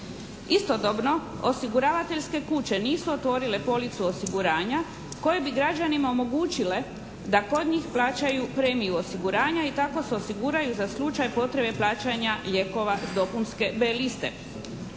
Istodobno osiguravateljske kuće nisu otvorile policu osiguranja koje bi građanima omogućile da kod njih plaćaju premiju osiguranja i tako se osiguraju za slučaj potrebe plaćanja lijekova s dopunske B liste.